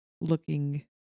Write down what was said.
looking